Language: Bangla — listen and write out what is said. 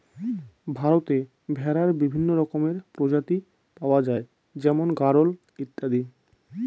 ভারতে ভেড়ার বিভিন্ন রকমের প্রজাতি পাওয়া যায় যেমন গাড়োল ইত্যাদি